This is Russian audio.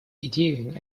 идею